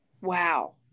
Wow